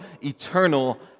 eternal